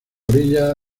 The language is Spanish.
orilla